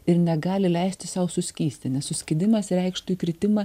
ir negali leisti sau suskysti nes suskydimas reikštų įkritimą